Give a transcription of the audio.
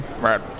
Right